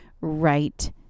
right